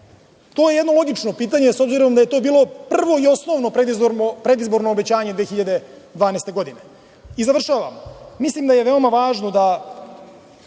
To je jedno logično pitanje s obzirom da je to bilo prvo i osnovno predizborno obećanje 2012. godine. Završavam. Mislim da je veoma važno da